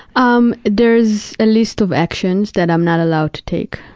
um there is a list of actions that i'm not allowed to take,